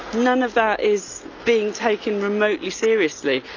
none of that is being taken remotely seriously.